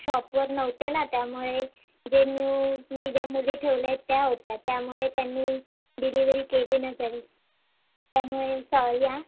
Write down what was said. शॉपवर नव्हते ना त्यामुळे जे न्यू मी ज्या मुली ठेवल्या आहेत त्या होत्या त्यामुळे त्यांनी डिलीवरी केली नसेल त्यामुळे सॉरी आं